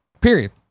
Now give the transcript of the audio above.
Period